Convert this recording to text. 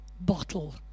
bottle